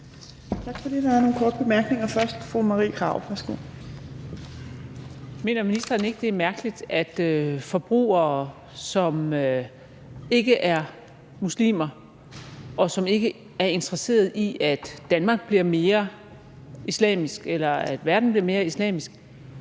Tak for det. Der er nogle korte bemærkninger. Først er det fra fru Marie Krarup. Værsgo. Kl. 15:12 Marie Krarup (DF): Mener ministeren ikke, at det er mærkeligt, at forbrugere, som ikke er muslimer, og som ikke er interesseret i, at Danmark bliver mere islamisk, eller at verden bliver mere islamisk,